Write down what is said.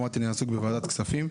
כמו שאמרתי, אני עסוק בוועדת הכספים.